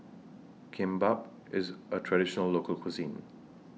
Kimbap IS A Traditional Local Cuisine